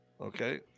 Okay